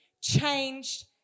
changed